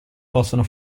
possono